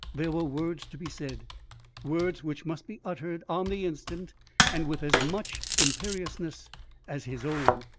there were words to be said words which must be uttered on the instant and with as much imperiousness as his own.